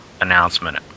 announcement